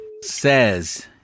says